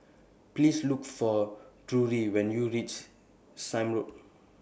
Please Look For Drury when YOU REACH Sime Road